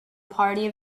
party